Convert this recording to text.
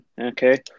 Okay